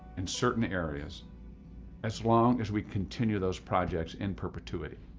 in certain areas as long as we continue those projects in perpetuity.